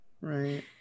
Right